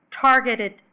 targeted